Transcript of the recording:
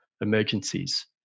emergencies